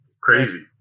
crazy